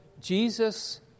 Jesus